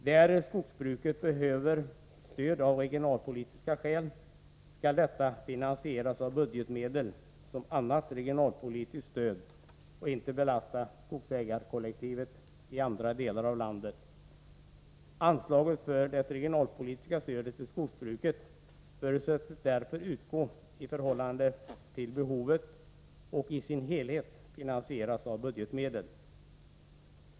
Där skogsbruket behöver stöd av regionalpolitiska skäl, skall detta finansieras av budgetmedel som annat regionalpolitiskt stöd och inte belasta skogsägarkollektivet i andra delar av landet. Anslagen för det regionalpolitiska stödet till skogsbruket förutsätts därför utgå i förhållande till behovet och i sin helhet finansieras av budgetmedel.